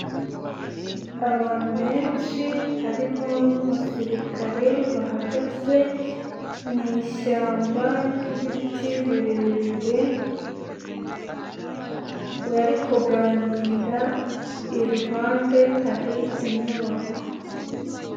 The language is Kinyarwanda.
Abantu benshi harimo n'umusirikare bahagaze mu ishyamba ryibiti birebire, bari kuganira, iruhande hari inyubako.